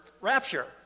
rapture